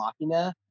Machina